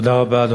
תודה רבה.